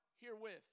herewith